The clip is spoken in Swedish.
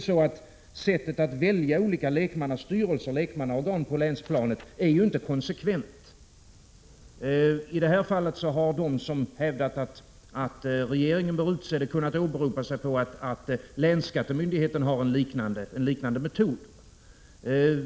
Sättet att välja lekmannaorgan på länsplanet är ju inte konsekvent. I det här fallet har de som hävdat att regeringen bör utse ledamöterna kunnat åberopa sig på att länsskattemyndigheten har en liknande metod.